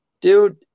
Dude